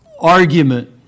argument